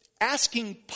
asking